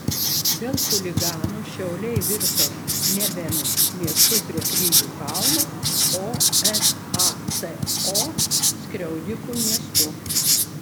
dėl chuliganų šiauliai virto nebe miestu prie kryžių kalno o nato skriaudikų miestu